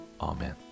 amen